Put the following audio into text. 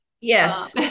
Yes